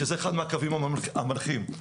שזה אחד מהקווים המנחים.